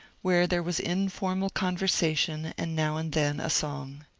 where there was informal conversation, and now and then a song.